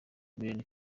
miley